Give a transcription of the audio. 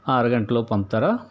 అర గంటలోపు పంపుతారా